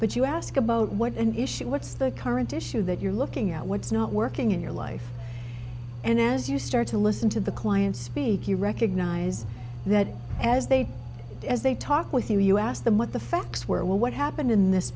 but you ask about what an issue what's the current issue that you're looking at what's not working in your life and as you start to listen to the client speak you recognize that as they as they talk with you you ask them what the facts were what happened in this